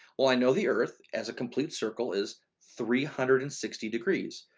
well, i know the earth as a complete circle is three hundred and sixty degrees.